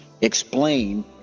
Explain